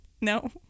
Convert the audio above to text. No